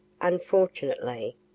Unfortunately